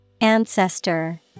Ancestor